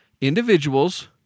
individuals